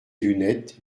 lunettes